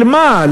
של מה?